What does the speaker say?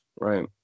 right